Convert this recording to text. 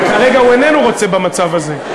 וכרגע הוא איננו רוצה במצב הזה,